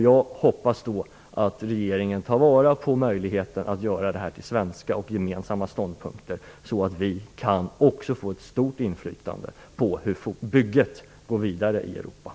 Jag hoppas att regeringen tar vara på möjligheten att göra detta till gemensamma svenska ståndpunkter. Då kan även vi få ett stort inflytande på hur bygget i Europa skall gå vidare.